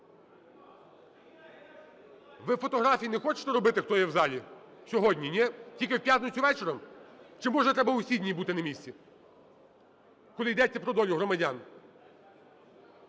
Ви фотографії не хочете робити, хто є в залі? Сьогодні, ні? Тільки в п'ятницю ввечері? Чи, може, треба усі дні бути на місці, коли йдеться про долю громадян?